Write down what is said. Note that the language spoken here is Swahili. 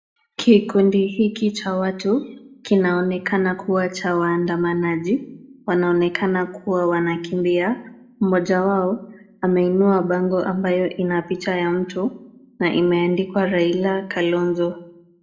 Kikundi hiki cha watu kinaonekana kuwa cha waandamanaji wanaonekana kuwa wanakimbia, mmoja wao ameinua bango ambayo ina picha ya mtu na imeandikwa Raila- Kalonzo.